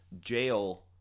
jail